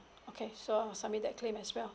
okay so I'll submit that claim as well